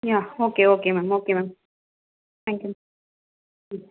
yeah okay okay ma'am okay ma'am thank you ma'am